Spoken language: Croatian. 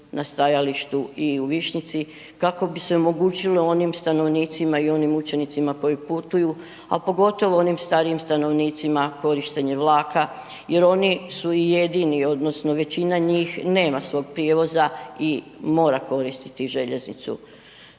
na stajalištu i u Višnjici kako bi se omogućilo onim stanovnicima i onim učenicima koji putuju, a pogotovo onim starijim stanovnicima korištenje vlaka jer oni su i jedini odnosno većina njih nema svog prijevoza i mora koristiti željeznicu.